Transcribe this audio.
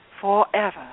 Forever